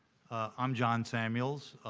i'm john samuels,